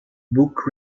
book